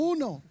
Uno